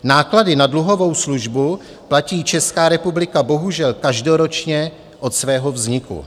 Náklady na dluhovou službu platí Česká republika bohužel každoročně od svého vzniku.